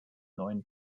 neuen